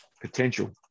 potential